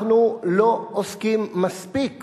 אנחנו לא עוסקים מספיק